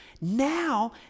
Now